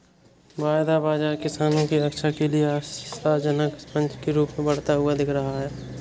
वायदा बाजार किसानों की रक्षा के लिए आशाजनक मंच के रूप में बढ़ता हुआ दिख रहा है